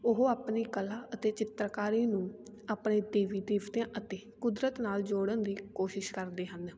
ਉਹ ਆਪਣੀ ਕਲਾ ਅਤੇ ਚਿੱਤਰਕਾਰੀ ਨੂੰ ਆਪਣੇ ਦੇਵੀ ਦੇਵਤਿਆਂ ਅਤੇ ਕੁਦਰਤ ਨਾਲ ਜੋੜਨ ਦੀ ਕੋਸ਼ਿਸ਼ ਕਰਦੇ ਹਨ